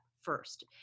first